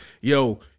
yo